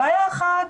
בעיה אחת